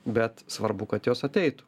bet svarbu kad jos ateitų